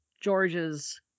George's